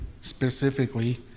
specifically